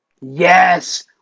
Yes